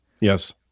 Yes